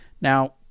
now